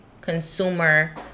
consumer